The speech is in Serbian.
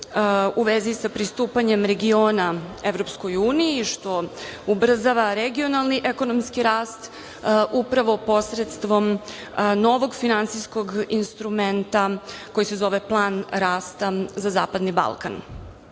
u vezi sa pristupanjem regiona EU, što ubrzava regionalni ekonomski rast, upravo posredstvom novog finansijskog instrumenta koji se zove „Plan rasta za Zapadni Balkan“.Putem